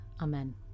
Amen